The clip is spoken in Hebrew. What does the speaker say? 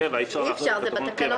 אי אפשר, זה בתקנות קבע.